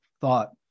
thought